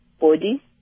body